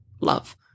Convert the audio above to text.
love